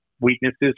weaknesses